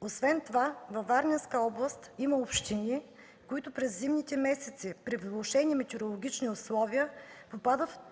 Освен това във Варненска област има общини, които през зимните месеци, при влошени метеорологични условия